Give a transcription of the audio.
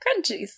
crunchies